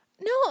No